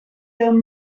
film